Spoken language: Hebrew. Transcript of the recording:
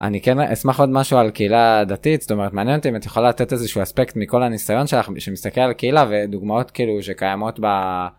אני כן אשמח עוד משהו על קהילה דתית זאת אומרת מעניין אותי אם את יכולה לתת איזשהו אספקט מכל הניסיון שלך שמסתכל על קהילה ודוגמאות כאילו שקיימות